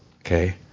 Okay